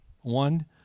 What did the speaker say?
One